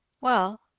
Well